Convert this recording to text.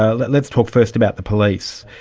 let's talk first about the police.